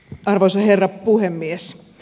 arvoisa herra puhemies